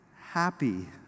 happy